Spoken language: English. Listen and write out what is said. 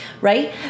right